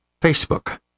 facebook